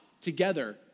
together